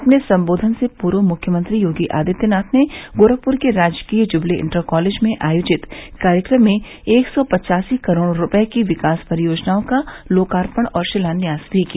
अपने संबोधन से पूर्व मुख्यमंत्री योगी आदित्यनाथ ने गोरखपुर के राजकीय जुबली इंटर कालेज में आयोजित कार्यक्रम में एक सौ पचासी करोड़ रूपये की विकास परियोजनाओं का लोकार्पण और शिलान्यास भी किया